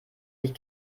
sich